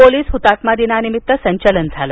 police हुतात्मादिनानिमित्त संचलन झालं